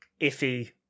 iffy